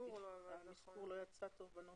שהמספור בנוסח לא יצא טוב.